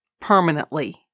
permanently